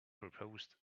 proposed